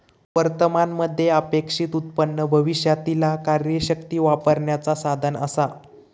वर्तमान मध्ये अपेक्षित उत्पन्न भविष्यातीला कार्यशक्ती वापरण्याचा साधन असा